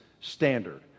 standard